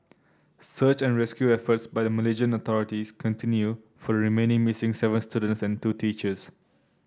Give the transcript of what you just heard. search and rescue efforts by the Malaysian authorities continue for the remaining missing seven students and two teachers